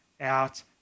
out